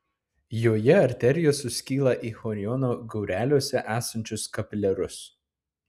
joje arterijos suskyla į choriono gaureliuose esančius kapiliarus